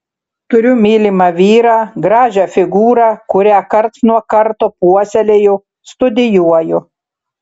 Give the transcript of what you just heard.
turiu mylimą vyrą gražią figūrą kurią karts nuo karto puoselėju studijuoju